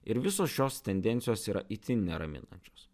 ir visos šios tendencijos yra itin neraminančios